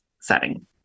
setting